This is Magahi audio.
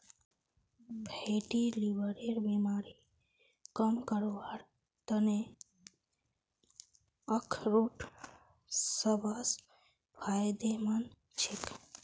फैटी लीवरेर बीमारी कम करवार त न अखरोट सबस फायदेमंद छेक